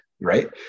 right